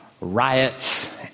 riots